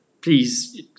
Please